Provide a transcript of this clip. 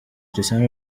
cristiano